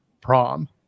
prom